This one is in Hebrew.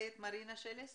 שלסט.